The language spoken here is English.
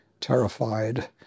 terrified